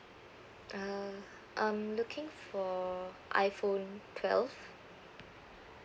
uh I'm looking for iPhone twelve